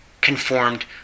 conformed